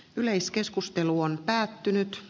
yleiskeskustelu on päättynyt